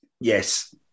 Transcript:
yes